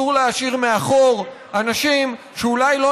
אסור להשאיר מאחור אנשים שאולי לא